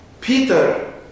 Peter